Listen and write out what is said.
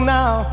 now